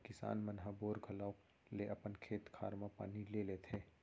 किसान मन ह बोर घलौक ले अपन खेत खार म पानी ले लेथें